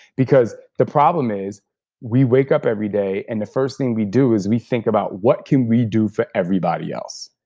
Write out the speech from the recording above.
the problem is we wake up every day and the first thing we do is we think about what can we do for everybody else.